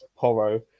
Poro